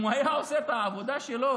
אם הוא היה עושה את העבודה שלו,